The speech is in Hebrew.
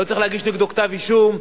לא צריך להגיש נגדו כתב אישום.